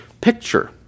picture